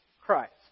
Christ